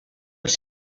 els